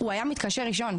אבא שלי היה מתקשר ראשון.